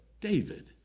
David